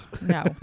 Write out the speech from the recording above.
No